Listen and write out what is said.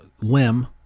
limb